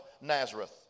Nazareth